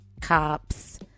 cops